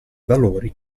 valori